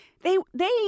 They—they